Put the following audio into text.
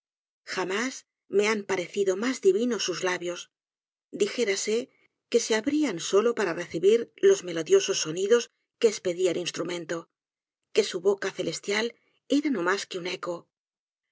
jamás me han parecido mas divinos sus labios dijérase que se abrían solo para recibir los melodiosos sonidos que espedía el instrumento que su boca celestial era no mas que un eco